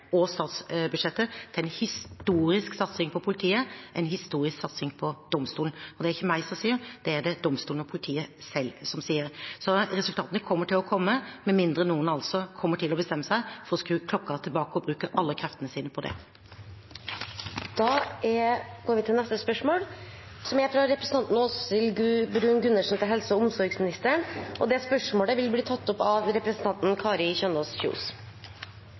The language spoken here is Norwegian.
og statsbudsjettet til en historisk satsing på politiet, en historisk satsing på domstolene. Og det er det ikke jeg som sier, det er det domstolene og politiet selv som sier. Resultatene kommer til å komme, med mindre noen altså kommer til å bestemme seg for å skru klokka tilbake og bruke alle kreftene sine på det. Dette spørsmålet, fra representanten Åshild Bruun-Gundersen til helse- og omsorgsministeren, vil bli tatt opp av representanten Kari Kjønaas Kjos.